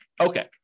Okay